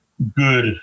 good